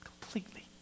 completely